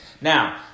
Now